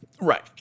Right